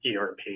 ERP